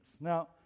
Now